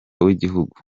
wigihugu